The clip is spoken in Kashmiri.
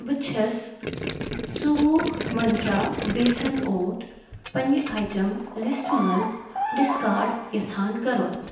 بہٕ چھَس ژۆوُہ مَنترٛا بیسَن اوٹ پنٛنہِ آیٹَم لِسٹ منٛز ڈِسکاڈ یژھان کرُن